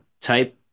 type